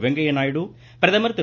வெங்கையா நாயுடு பிரதமர் திரு